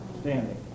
standing